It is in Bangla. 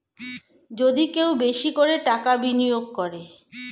যদি কেউ বেশি করে টাকা বিনিয়োগ করে